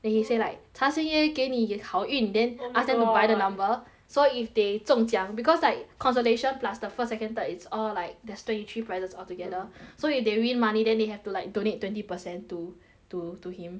then he say like 财神爷给你好运 oh my god then ask them to buy the number so if they 中奖 because like consolation plus the first second third it's all like there's twenty three prizes altogether mm so if they win money then they have to like donate twenty percent to to to him